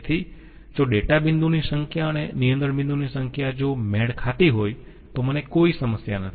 તેથી જો ડેટા બિંદુઓની સંખ્યા અને નિયંત્રણ બિંદુઓની સંખ્યા જો મેળ ખાતી હોય તો મને કોઈ સમસ્યા નથી